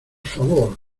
favor